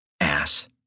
Ass